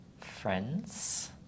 friends